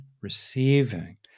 receiving